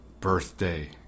birthday